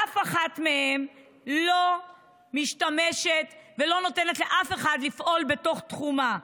אף אחת מהן לא משתמשת ולא נותנת לאף אחד לפעול בתוך תחומה,